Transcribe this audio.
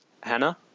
Hannah